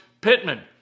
Pittman